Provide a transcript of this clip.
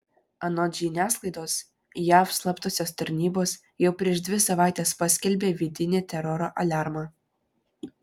anot žiniasklaidos jav slaptosios tarnybos jau prieš dvi savaites paskelbė vidinį teroro aliarmą